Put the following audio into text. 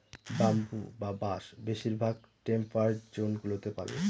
bamboo বা বাঁশ বেশিরভাগ টেম্পারড জোন গুলোতে পাবে